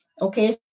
okay